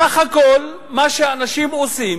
בסך הכול מה שעושים,